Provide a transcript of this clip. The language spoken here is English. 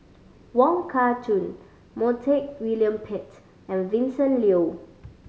Wong Kah Chun Montague William Pett and Vincent Leow